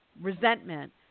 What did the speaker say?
resentment